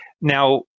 Now